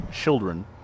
children